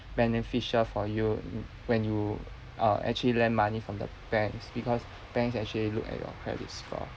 beneficial for you when you uh actually lend money from the banks because banks actually look at your credit score